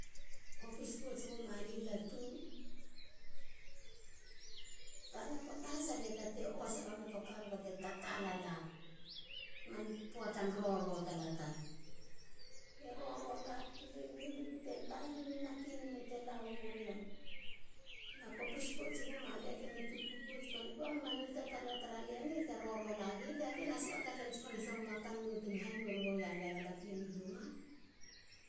Kopis pouts eguma lia latu. tana poata has. alie tate osa iega motor car bate tatala lak. man poatan roro tala tar. lie roro lak. lie ngilik ba te lagi matini me te laweiegu lia. na kopis pouts guma lia. lie mi tuku pouts pon gou. man nitatala tra lie ni te roro lagi lia. lia na suata len has pone guma kannou temi hanou egua lia galapien i luma